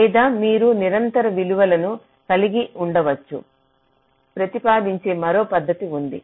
లేదా మీరు నిరంతర విలువను కలిగి ఉండవచ్చని ప్రతిపాదించే మరొ పద్ధతి ఉంది